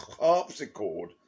harpsichord